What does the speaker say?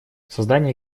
создание